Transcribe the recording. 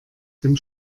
dem